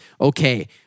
okay